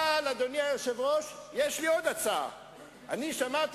אני הגעתי